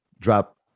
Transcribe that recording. drop